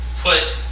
put